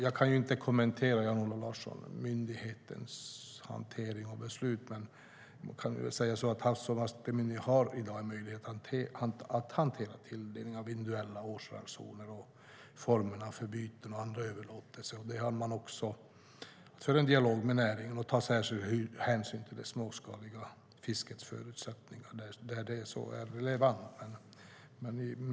Jag kan inte kommentera, Jan-Olof Larsson, myndighetens hantering av beslut. Men jag kan säga att Havs och vattenmyndigheten har i dag en möjlighet att hantera tilldelningen av individuella årsransoner och formerna för byten och andra överlåtelser. Man för också en dialog med näringen och tar särskild hänsyn till det småskaliga fiskets förutsättningar där det är relevant.